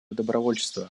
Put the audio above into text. добровольчества